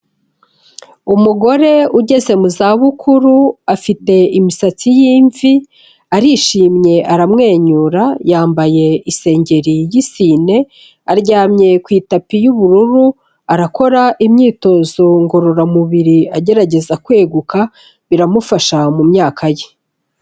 Umugore ugeze mu zabukuru, afite imisatsi y'imvi, arishimye aramwenyura, yambaye isengeri y'isine, aryamye ku itapi y'ubururu, arakora imyitozo ngororamubiri agerageza kweguka, biramufasha mu myaka ye.